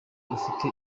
ufite